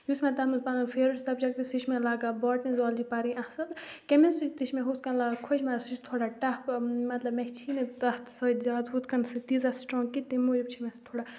یُس مےٚ تَتھ منٛز پَنُن فیورِٹ سَبجَکٹ سُہ چھِ مےٚ لگان باٹنی زالجی پَرٕنۍ اَصٕل کیٚمِسٹِرٛی تہِ چھِ مےٚ ہُتھ کَن لَگان خۄش مگر سُہ چھِ تھوڑا ٹَپھ مطلب مےٚ چھی نہٕ تَتھ سۭتۍ زیادٕ ہُتھ کَنۍ سُہ تیٖژاہ سٕٹرٛانٛگ کہِ تمہِ موٗجوٗب چھِ مےٚ سُہ تھوڑا